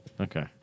Okay